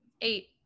Eight